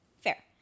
Fair